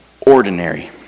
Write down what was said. ordinary